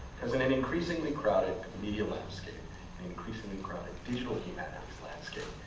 because in an increasingly crowded media landscape, an increasingly crowded digital humanities landscape,